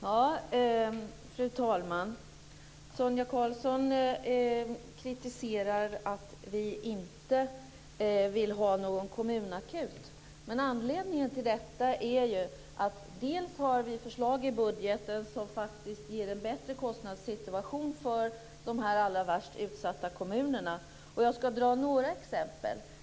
Fru talman! Sonia Karlsson kritiserar att vi inte vill ha någon kommunakut. Anledningen till detta är ju att vi i budgeten har förslag som ger en bättre kostnadssituation för de allra värst utsatta kommunerna. Jag ska ta några exempel.